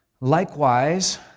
Likewise